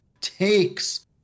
takes